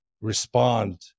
respond